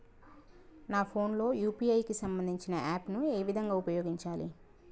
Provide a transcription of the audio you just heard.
నా ఫోన్ లో యూ.పీ.ఐ కి సంబందించిన యాప్ ను ఏ విధంగా ఉపయోగించాలి?